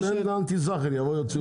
תן לאלטע זאכן יבואו ויוציאו את זה.